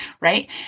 right